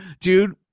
dude